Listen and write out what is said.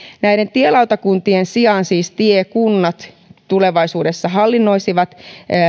näiden tielautakuntien sijaan siis tiekunnat tulevaisuudessa hallinnoisivat